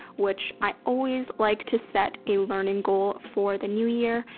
which i always like to set a learning goal for the new year.